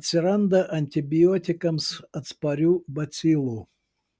atsiranda antibiotikams atsparių bacilų